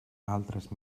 altres